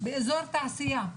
באזור תעשייה,